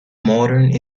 modern